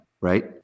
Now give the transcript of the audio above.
right